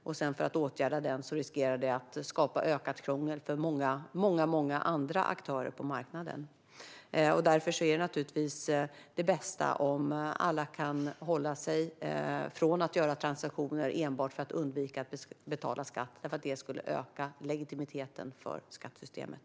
Men det finns en risk för att det skapas ökat krångel för många andra aktörer på marknaden om vi åtgärdar det. Det bästa vore naturligtvis om alla kunde hålla sig från att göra transaktioner enbart för att undvika att betala skatt. Det skulle öka legitimiteten för skattesystemet.